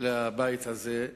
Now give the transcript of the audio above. לבית הזה,